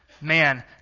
man